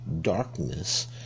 darkness